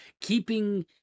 keeping